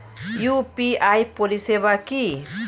UPI পরিষেবা কি?